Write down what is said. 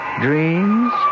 dreams